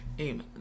Amen